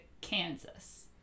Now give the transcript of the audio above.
Kansas